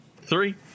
three